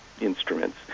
instruments